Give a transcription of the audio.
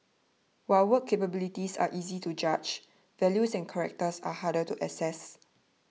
while work capabilities are easy to judge values and characters are harder to assess